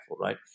right